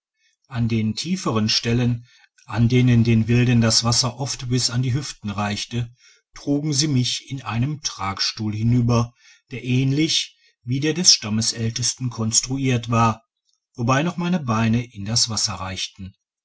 an den tieferen stellen an denen den wilden das wasser oft bis an die hüften reichte trugen sie mich in einem tragstuhl hinüber der ähnlich wie der des stammältesten konstruiert war wobei noch meine beine in das wasser reichten